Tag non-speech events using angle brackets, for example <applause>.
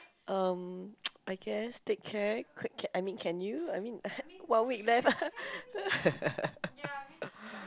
um <noise> I guess take care I mean can you I mean one week left <laughs>